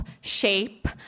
shape